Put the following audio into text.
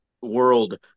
world